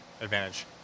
advantage